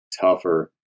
tougher